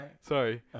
sorry